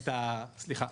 סליחה.